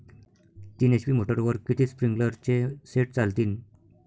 तीन एच.पी मोटरवर किती स्प्रिंकलरचे सेट चालतीन?